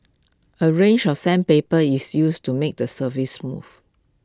A range of sandpaper is used to make the surface smooth